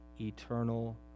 eternal